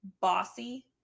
bossy